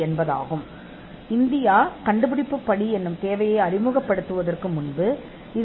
இப்போது இதற்கு முன்னர் இந்தியா கண்டுபிடிப்பு படி தேவையை அறிமுகப்படுத்தியது